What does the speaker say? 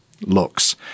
looks